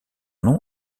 nom